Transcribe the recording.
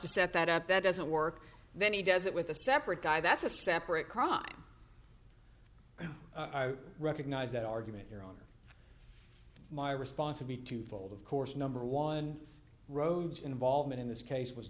to set that up that doesn't work then he does it with a separate guy that's a separate crime i recognize that argument your honor my response would be twofold of course number one rose involvement in this case was